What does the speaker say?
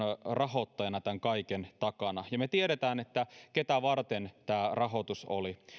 rahoittajina tämän kaiken takana ja me tiedämme ketä varten tämä rahoitus oli